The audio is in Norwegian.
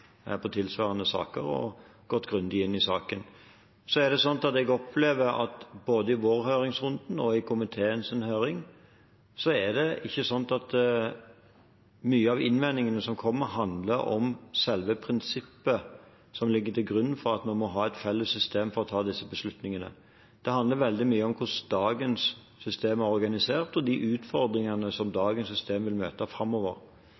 tilsvarende saker, og gått grundig inn i saken. Jeg opplever at både i vår høringsrunde og i komiteens høring handler mange av innvendingene ikke om selve prinsippet som ligger til grunn for at vi må ha et felles system for å ta disse beslutningene. Det handler veldig mye om hvordan dagens system er organisert, og de utfordringene som dagens system vil møte framover.